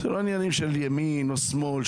זה לא עניינים של ימין או שמאל,